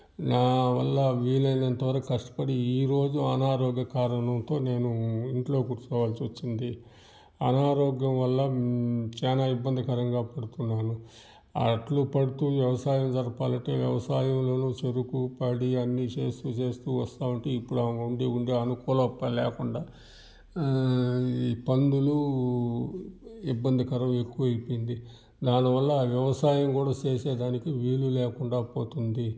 నావల్ల వీలైనంతవరకు కష్టపడి ఈరోజు అనారోగ్య కారణంతో నేను ఇంట్లో కూర్చోవాల్సి వచ్చింది అనారోగ్యం వల్ల చాలా ఇబ్బందికరంగా పడుతున్నాను అట్లు పడుతు వ్యవసాయం జరపాలంటే వ్యవసాయంలో చెరుకు పడి అన్నీ చేస్తు చేస్తు వస్తు ఉంటే ఇప్పుడు ఉండి ఉండి అనుకూలం అప్పుడు లేకుండే పందులు ఇబ్బంది కరం ఎక్కువ అయిపోయింది దానివల్ల వ్యవసాయం కూడా చేసే దానికి వీలు లేకుండా పోతుంది